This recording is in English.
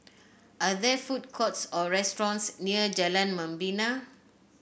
are there food courts or restaurants near Jalan Membina